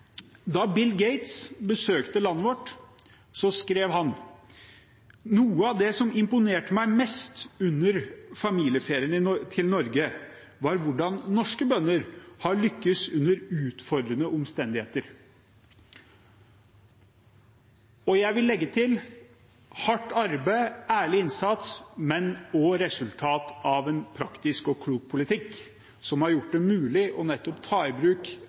Da Bill Gates besøkte landet vårt, skrev han: Noe av det som imponerte meg mest under familieferien til Norge, var hvordan norske bønder har lyktes under utfordrende omstendigheter. Og jeg vil legge til: Det er hardt arbeid, ærlig innsats og resultat av en praktisk og klok politikk som har gjort det mulig nettopp å ta i bruk